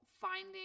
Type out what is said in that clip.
finding